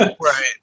Right